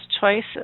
choices